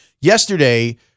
yesterday